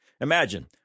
Imagine